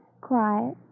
quiet